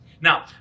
Now